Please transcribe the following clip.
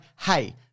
hey